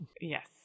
Yes